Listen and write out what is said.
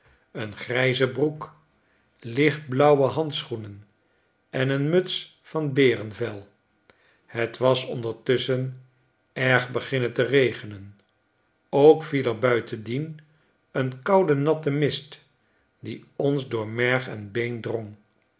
een grijze broek lichtblauwe handschoenen en een muts van berenvel het was ondertusschen erg beginnen te regenen ook viel er buitendien een koude natte mist die ons door merg en been drong